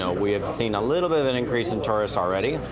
ah we have seen a little bit of an increase in tourists already.